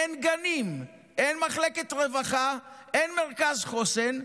אין גנים, אין מחלקת רווחה, אין מרכז חוסן.